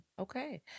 Okay